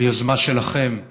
ביוזמה שלכם,